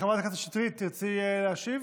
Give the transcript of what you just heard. חברת הכנסת שטרית, תרצי להשיב?